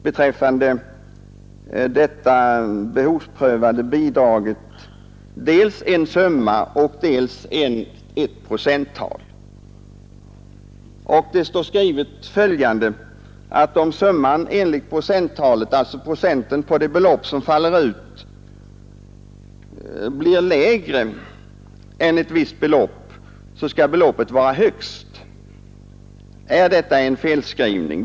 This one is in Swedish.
Beträffande detta behovsprövade bidrag anges dels en summa, dels ett procenttal. Det står att om den angivna procentandelen av det belopp som faller ut blir lägre än ett visst belopp skall ersättningen vara högst så och så stor. Är detta en felskrivning?